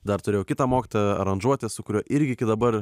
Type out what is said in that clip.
dar turėjau kitą mokytoją aranžuotė su kuriuo irgi iki dabar